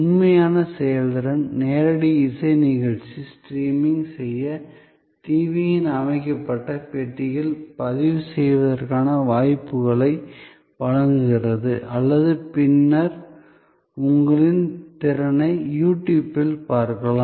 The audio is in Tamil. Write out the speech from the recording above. உண்மையான செயல்திறன் நேரடி இசை நிகழ்ச்சி ஸ்ட்ரீமிங் செய்ய டிவியின் அமைக்கப்பட்ட பெட்டியில் பதிவு செய்வதற்கான வாய்ப்புகளை வழங்குகிறது அல்லது பின்னர் உங்கள் திறனை யூடியூப்பில் பார்க்கலாம்